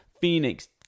Phoenix